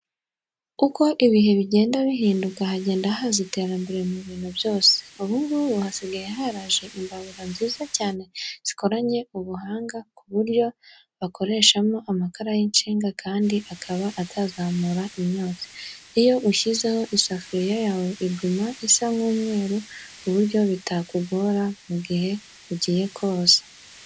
Uko ibihe bigenda bihinduka hagenda haza iterambere mu bintu byose. Ubu ngubu hasigaye haraje imbabura nziza cyane zikoranye ubuhanga ku buryo bakoreshamo amakara y'incenga kandi akaba atazamura imyotsi. Iyo ushyizeho isafuriya yawe iguma isa nk'umweru ku buryo bitakugora mu gihe ugiye kuyoza.